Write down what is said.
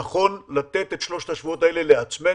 נכון לתת את שלושת השבועות האלה לעצמנו,